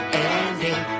ending